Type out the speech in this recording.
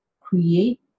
create